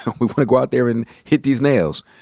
we want to go out there and hit these nails.